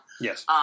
Yes